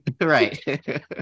right